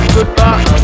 Goodbye